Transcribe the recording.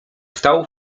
stał